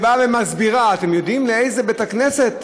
שמסבירה: אתם יודעים לאיזה בית-כנסת?